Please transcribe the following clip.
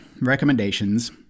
Recommendations